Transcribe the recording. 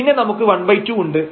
പിന്നെ നമുക്ക് 12 ഉണ്ട്